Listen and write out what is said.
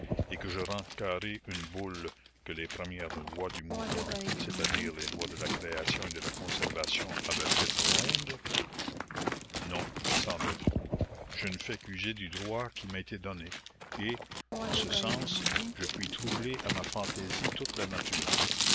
et que je rends carrée une boule que les premières lois du mouvement c'est-à-dire les lois de la création et de la conservation avoient faite ronde non sans doute je ne fais qu'user du droit qui m'a été donné et en ce sens je puis troubler à ma fantaisie toute la nature